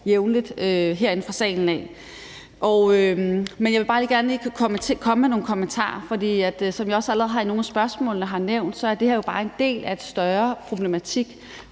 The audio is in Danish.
jævnligt herinde fra salen af. Men jeg vil bare gerne lige komme med nogle kommentarer, for som jeg også allerede har nævnt i nogle af spørgsmålene, er det her jo bare en del af en større problematik.